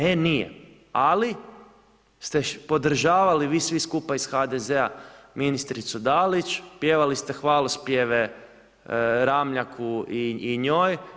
E nije ali ste podržavali vi svi skupa iz HDZ-a ministricu Dalić, pjevali ste hvalospjeve Ramljaku i njoj.